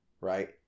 right